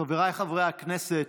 חבריי חברי הכנסת,